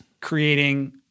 creating